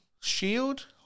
Shield